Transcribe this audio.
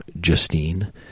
Justine